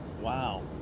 Wow